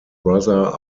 brother